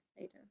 later